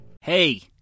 Hey